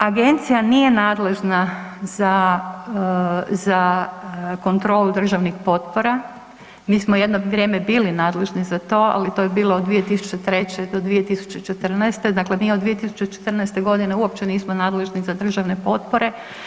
Agencija nije nadležna za kontrolu državnih potpora, mi smo jedno vrijeme bili nadležni za to, ali to je bilo od 2003.-2014., dakle mi od 2014. g. uopće nismo nadležni za državne potpore.